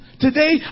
Today